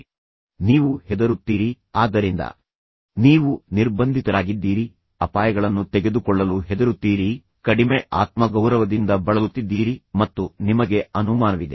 ಈಗ ಈ ಕಡೆಃ ನೀವು ಹೆದರುತ್ತೀರಿ ಆದ್ದರಿಂದ ನೀವು ನಿರ್ಬಂಧಿತರಾಗಿದ್ದೀರಿ ಅಪಾಯಗಳನ್ನು ತೆಗೆದುಕೊಳ್ಳಲು ನೀವು ಹೆದರುತ್ತೀರಿ ನೀವು ನಿಮ್ಮನ್ನು ನಿರ್ಬಂಧಿಸುತ್ತೀರಿ ನಿಮಗೆ ಸಾಕಷ್ಟು ನಿರ್ಬಂಧಗಳಿವೆ ನೀವು ಕಡಿಮೆ ಆತ್ಮಗೌರವದಿಂದ ಬಳಲುತ್ತಿದ್ದೀರಿ ಮತ್ತು ನಿಮಗೆ ಅನುಮಾನವಿದೆ